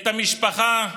את המשפחה,